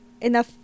enough